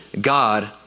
God